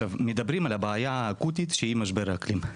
מדברים על הבעיה האקוטית שהיא משבר האקלים,